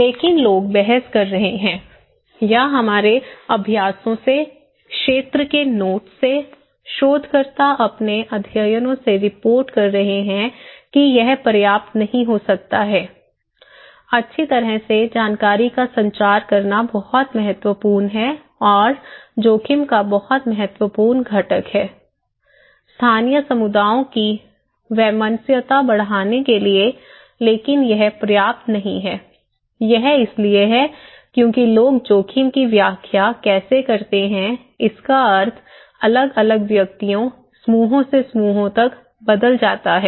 लेकिन लोग बहस कर रहे हैं या हमारे अभ्यासों से क्षेत्र के नोट्स से शोधकर्ता अपने अध्ययनों से रिपोर्ट कर रहे हैं कि यह पर्याप्त नहीं हो सकता है अच्छी तरह से जानकारी का संचार करना बहुत महत्वपूर्ण है और जोखिम का बहुत महत्वपूर्ण घटक है स्थानीय समुदायों की वैमनस्यता बढ़ाने के लिए लेकिन यह पर्याप्त नहीं है यह इसलिए है क्योंकि लोग जोखिम की व्याख्या कैसे करते हैं इसका अर्थ अलग अलग व्यक्तियों समूहों से समूहों तक बदल जाता है